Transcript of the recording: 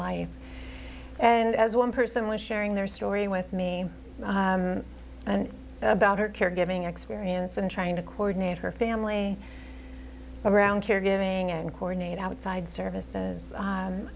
life and as one person was sharing their story with me about her caregiving experience and trying to coordinate her family around caregiving and coronated outside services